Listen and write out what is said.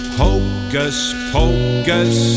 hocus-pocus